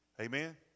Amen